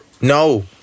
No